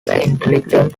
intelligent